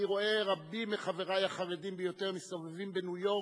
אני רואה רבים מחברי החרדים ביותר מסתובבים בניו-יורק,